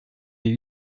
die